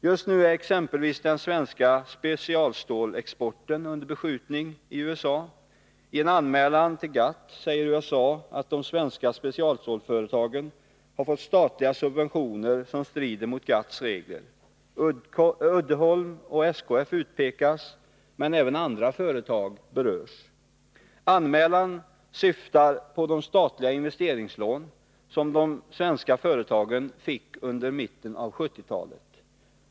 Just nu är exempelvis den svenska specialstålsexporten under beskjutning i USA. I en anmälan till GATT säger USA att de svenska specialstålsföretagen har fått statliga subventioner som strider mot GATT:s regler. Uddeholm och SKF utpekas, men även andra företag berörs. Anmälan syftar på de statliga investeringslån som de svenska företagen fick i mitten av 1970-talet.